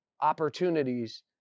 opportunities